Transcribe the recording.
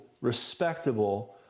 respectable